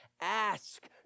Ask